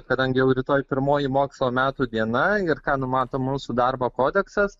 kadagi jau rytoj pirmoji mokslo metų diena ir ką numato mūsų darbo kodeksas